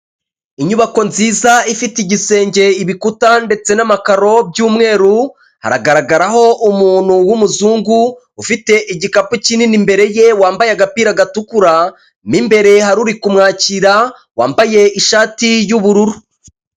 Inyubako nziza ifite igisenge ibikuta ndetse n'amakaro by'umweru, haragaragaraho umuntu w'umuzungu ufite igikapu kinini imbere ye wambaye agapira gatukura, mo imbere hari uri kumwakira wambaye ishati y'ubururu.